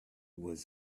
was